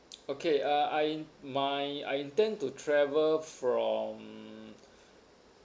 okay uh I my I intend to travel from